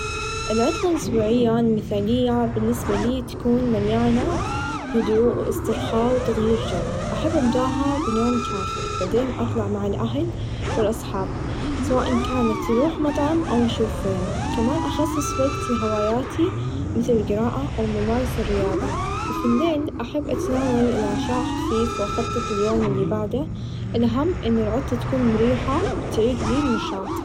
العطله الأسبوعيه المثاليه بالنسبه لي تكون مليانا هدوء و إسترخاء و تغير چو أحب أبداها بنوم كافي بعدين اطلع مع الأهل و الأصحاب سواء إن كانت نروح مطعم أو نشوف فيلم كمان أخصص وقت لهواياتي مثل القرائه أو ممارسه الرياظه و في الليل أحب أتناول العشاء خفيف و أخطط لليوم إلي بعده الهم إن العطله تكون مريحه و تعيدلي النشاط.